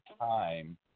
time